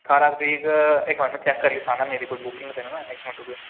ठारां तरीक इक मिंट में चैक्क करियै सनान्ना मेरी कोई बुकिंग ते नना ऐ इक मिंट रुकेओ